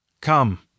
Come